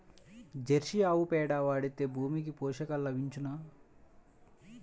Jersey ఆవు పేడ వాడితే భూమికి పోషకాలు లభించునా?